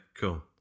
cool